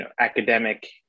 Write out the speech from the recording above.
academic